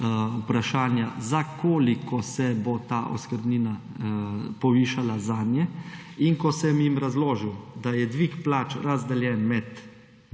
vprašanja, za koliko se bo ta oskrbnina povišala zanje. Ko sem jim razložil, da je dvig plač razdeljen med